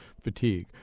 Fatigue